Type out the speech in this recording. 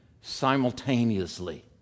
simultaneously